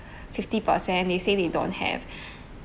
fifty percent they say they don't have